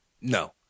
No